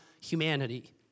humanity